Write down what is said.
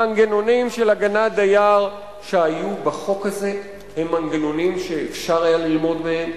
מנגנונים של הגנת דייר שהיו בחוק הזה הם מנגנונים שאפשר היה ללמוד מהם,